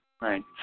Right